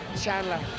Chandler